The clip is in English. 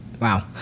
Wow